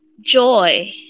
joy